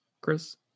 Chris